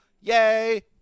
Yay